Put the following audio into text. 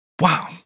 Wow